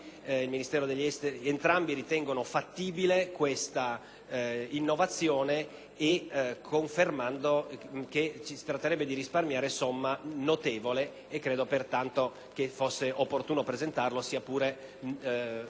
confermando che si tratterebbe di risparmiare una somma notevole. Credo pertanto che fosse opportuno presentarlo, sia pure fuori dai termini previsti per la presentazione degli emendamenti. Del resto, credo che la norma sia molto chiara.